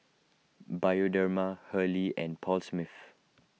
Bioderma Hurley and Paul Smith